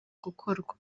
gukorwa